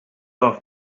off